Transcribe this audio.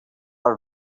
are